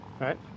right